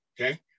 Okay